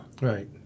Right